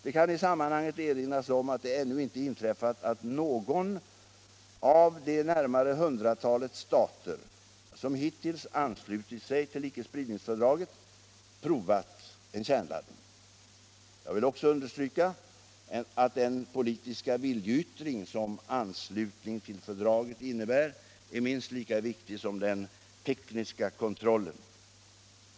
Det kan i sammanhanget erinras om att det ännu inte inträffat att någon av det närmare hundratalet stater som hittills anslutit sig till icke-spridningsfördraget provat en kärnladdning. Jag vill också understryka att den politiska viljeyttring som anslutning till fördraget innebär är minst lika viktig som den tekniska kontrollen.